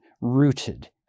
rooted